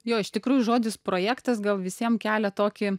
jo iš tikrųjų žodis projektas gal visiem kelia tokį